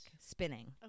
spinning